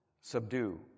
Subdue